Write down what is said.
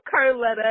carletta